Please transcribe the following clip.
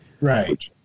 Right